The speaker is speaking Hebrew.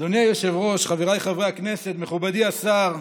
אדוני היושב-ראש, חבריי חברי הכנסת, מכובדי השר,